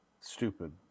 Stupid